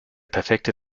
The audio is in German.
perfekte